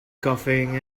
coughing